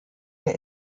der